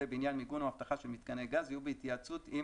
בעניין מיגון או אבטחה של מיתקני גז יהיו בהתייעצות עם